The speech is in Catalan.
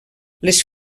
les